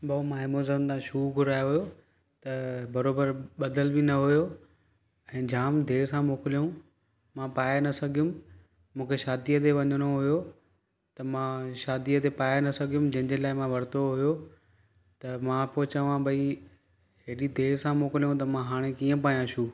भाऊ मां एमेज़ॉन था शू घुरायो हुओ त बराबरि ॿधल बि न हुओ ऐं जाम देरि सां मोकिलियूं मां पाए न सघयुमि मूंखे शादीअ ते वञिणो हुओ त मां शादीअ ते पाए न सघयुमि जंहिंजे लाइ मां वरितो हुओ त मां पोइ चवां ॿई हेॾी देरि सां मोकिलियो त मां हाणे कीअं पायां शू